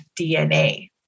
DNA